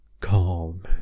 calm